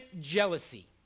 jealousy